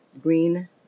Green